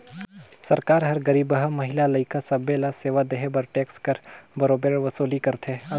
सरकार हर गरीबहा, महिला, लइका सब्बे ल सेवा देहे बर टेक्स कर बरोबेर वसूली करथे